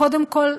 קודם כול,